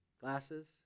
glasses